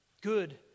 Good